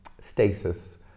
stasis